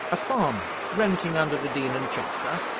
a farmer, renting under the dean and chapter,